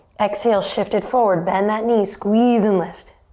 exhale, shift it forward. bend that knee, squeeze and lift.